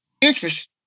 interest